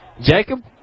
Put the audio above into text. Jacob